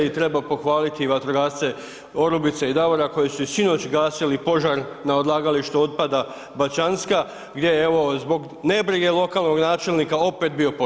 I treba pohvaliti i vatrogasce Orubice i Davora koji su i sinoć gasili požar na odlagalištu otpada Bačanska, gdje je evo zbog nebrige lokalnog načelnika opet bio požar.